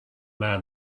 man